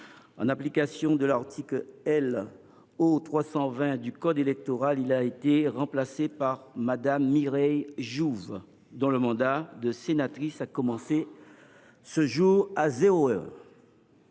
En application de l’article L.O. 320 du code électoral, il a été remplacé par Mme Mireille Jouve, dont le mandat a commencé ce jour, à zéro heure.